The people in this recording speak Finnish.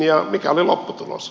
ja mikä oli lopputulos